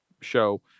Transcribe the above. show